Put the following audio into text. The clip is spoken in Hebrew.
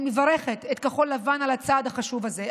אני מברכת את כחול לבן על הצעד חשוב זה,